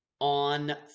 on